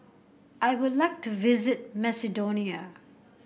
I would like to visit Macedonia